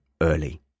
early